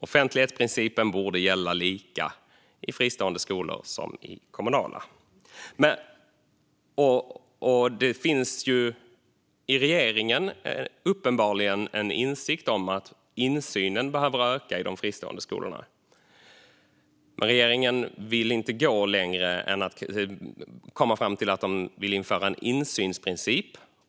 Offentlighetsprincipen borde gälla i fristående skolor som i kommunala. Det finns uppenbarligen en insikt i regeringen om att insynen i de fristående skolorna behöver öka, men regeringen vill inte gå längre än till att införa en insynsprincip.